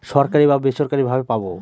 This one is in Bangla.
সরকারি বা বেসরকারি ভাবে পাবো